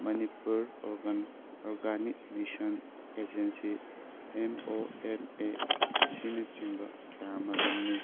Manipur organic mission agency M O N A ꯑꯁꯤꯅ ꯆꯤꯡꯕ ꯀꯌꯥ ꯃꯔꯨꯝꯅꯤ